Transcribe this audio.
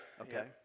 Okay